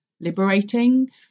liberating